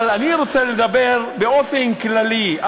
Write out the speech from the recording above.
אבל אני רוצה לדבר באופן כללי,